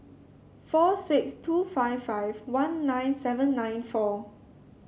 four six two five five one nine seven nine four